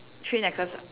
three necklace